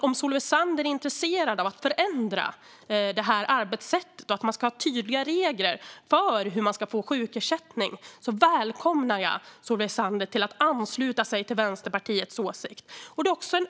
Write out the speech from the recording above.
Om Solveig Zander är intresserad av att förändra det här arbetssättet och tycker att vi ska ha tydliga regler för när man ska få sjukersättning välkomnar jag Solveig Zander att ansluta sig till Vänsterpartiets åsikt.